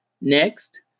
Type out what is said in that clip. Next